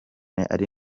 ari